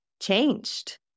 changed